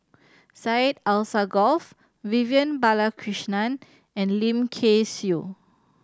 Syed Alsagoff Vivian Balakrishnan and Lim Kay Siu